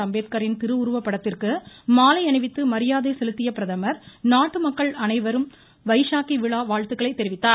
அம்பேத்காரின் திருவுருவப்படத்திற்கு மாலை அணிவித்து மரியாதை செலுத்திய பிரதமர் நாட்டு மக்கள் அனைருக்கும் வைஷாகி விழா வாழ்த்துக்களைத் தெரிவித்தார்